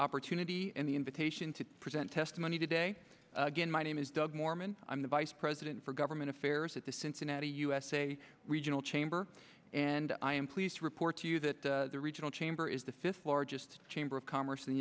opportunity and the invitation to present testimony today again my name is doug marman i'm the vice president for government affairs at the cincinnati usa regional chamber and i am pleased to report to you that the regional chamber is the fifth largest chamber of commerce in the